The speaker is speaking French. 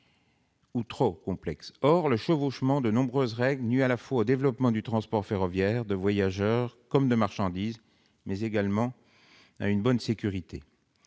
trop complexe. Or le chevauchement de nombreuses règles nuit non seulement au développement du transport ferroviaire, de voyageurs comme de marchandises, mais également à une bonne sécurité.